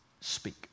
speak